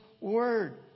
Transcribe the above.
Word